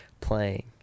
playing